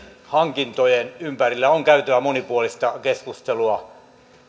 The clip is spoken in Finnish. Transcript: hankintojen ympärillä on käytävä monipuolista keskustelua